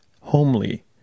homely